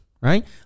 right